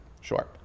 Sure